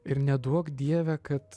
ir neduok dieve kad